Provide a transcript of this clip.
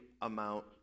amount